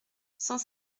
cent